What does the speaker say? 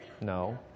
No